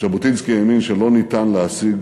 ז'בוטינסקי האמין שלא ניתן להשיג